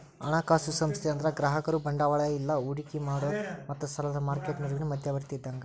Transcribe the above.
ಹಣಕಾಸು ಸಂಸ್ಥೆ ಅಂದ್ರ ಗ್ರಾಹಕರು ಬಂಡವಾಳ ಇಲ್ಲಾ ಹೂಡಿಕಿ ಮಾಡೋರ್ ಮತ್ತ ಸಾಲದ್ ಮಾರ್ಕೆಟ್ ನಡುವಿನ್ ಮಧ್ಯವರ್ತಿ ಇದ್ದಂಗ